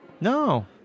No